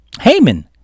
Haman